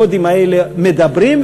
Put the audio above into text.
הקודים האלה מדברים,